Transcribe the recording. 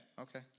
okay